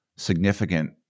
significant